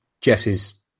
Jess's